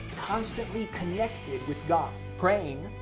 constantly connected with god. praying,